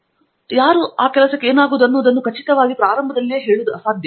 ಆದ್ದರಿಂದ ಯಾರೂ ಆ ಕೆಲಸಕ್ಕೆ ಏನಾಗುವುದು ಅನ್ನುವುದನ್ನು ಖಚಿತವಾಗಿ ಹೇಳುವುದು ಅಸಾಧ್ಯ